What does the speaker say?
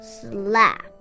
slap